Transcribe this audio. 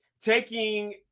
taking